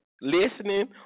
listening